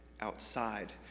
outside